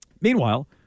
Meanwhile